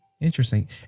Interesting